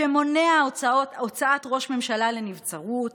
שמונע הוצאת ראש ממשלה לנבצרות,